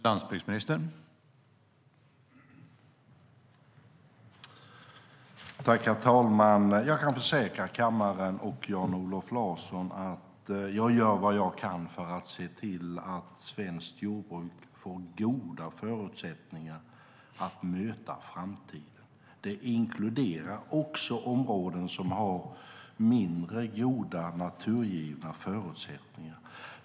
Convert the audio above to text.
Herr talman! Jag kan försäkra kammaren och Jan-Olof Larsson om att jag gör vad jag kan för att se till att svenskt jordbruk får goda förutsättningar att möta framtiden. Det inkluderar också områden som har mindre goda, naturgivna förutsättningar.